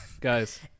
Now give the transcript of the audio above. Guys